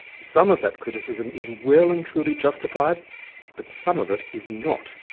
some of that criticism is well and truly justified but some of it is not.